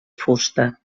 fusta